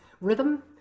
rhythm